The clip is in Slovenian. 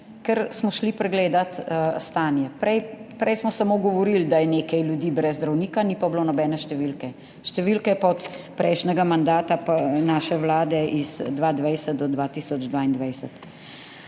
ker smo šli pregledat stanje, prej, rej smo samo govorili, da je nekaj ljudi brez zdravnika, ni pa bilo nobene številke. Številke pa od prejšnjega mandata naše vlade, iz 2020 do 2022.